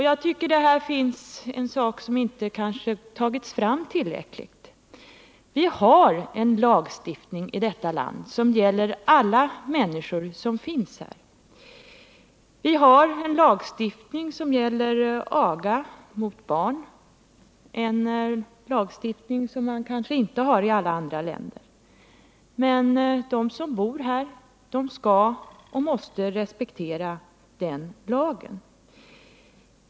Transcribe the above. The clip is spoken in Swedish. Jag tycker att det här finns något som inte tagits fram tillräckligt, nämligen att vi har en lagstiftning i detta land som gäller alla människor som finns här. 161 Vi har en lagstiftning som gäller aga av barn, en lagstiftning som man kanske inte har i alla andra länder, men de som bor här skall och måste respektera den lagen.